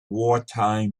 wartime